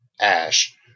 Ash